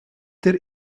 der